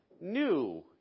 new